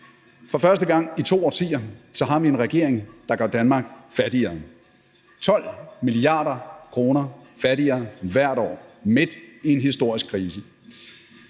For første gang i to årtier så har vi en regering, der gør Danmark fattigere, 12 mia. kr. fattigere hvert år, midt i en historisk krise.